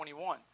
21